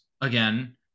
again